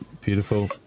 Beautiful